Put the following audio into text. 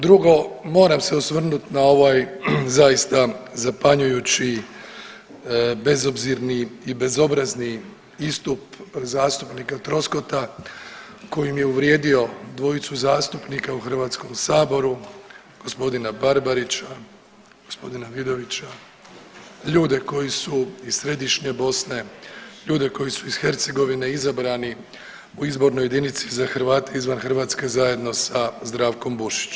Drugo, moram se osvrnuti na ovaj zaista zapanjujući, bezobzirni i bezobrazni istup zastupnika Troskota kojim je uvrijedio dvojicu zastupnika u Hrvatskom saboru gospodina Barbarića, gospodina Vidovića ljude koji su iz središnje Bosne, ljude koji su iz Hercegovine izabrani u izbornoj jedinici za Hrvate izvan Hrvatske zajedno sa Zdravkom Bušić.